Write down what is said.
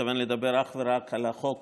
מתכוון לדבר אך ורק על החוק